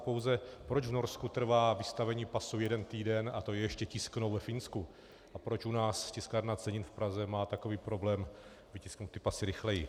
Pouze proč v Norsku trvá vystavení pasu jeden týden, a to je ještě tisknou ve Finsku, a proč u nás Tiskárna cenin v Praze má takový problém vytisknout ty pasy rychleji.